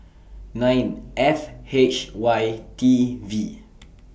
nine F H Y T V